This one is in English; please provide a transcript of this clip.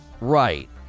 Right